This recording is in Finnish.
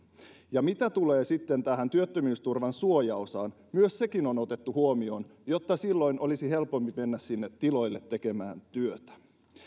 ja mitä tulee tähän työttömyysturvan suojaosaan niin myös se on otettu huomioon jotta olisi helpompi mennä sinne tiloille tekemään työtä